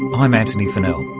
i'm antony funnell.